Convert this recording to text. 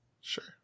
Sure